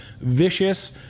vicious